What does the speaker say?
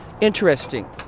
Interesting